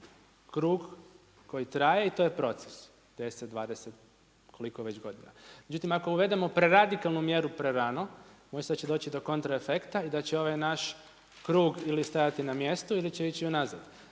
krug koji traje i to je proces, 10, 20 koliko već godina. Međutim ako uvedemo preradikalnu mjeru prerano, bojim se da će doći do kontraefekta i da će ovaj naš krug ili stajati na mjestu ili će ići unazad.